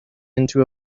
into